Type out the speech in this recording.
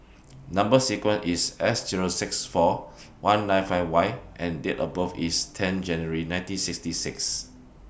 Number sequence IS S Zero seven six four one nine five Y and Date of birth IS ten January nineteen sixty six